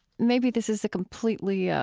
maybe this is a completely yeah